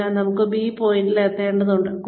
അതിനാൽ എനിക്ക് ബി പോയിന്റിൽ എത്തേണ്ടതുണ്ട്